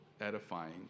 edifying